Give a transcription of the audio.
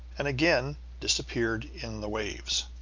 and again disappeared in the waves.